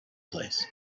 place